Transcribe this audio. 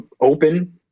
open